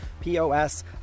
POS